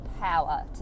power